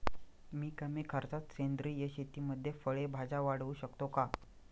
मी कमी खर्चात सेंद्रिय शेतीमध्ये फळे भाज्या वाढवू शकतो का?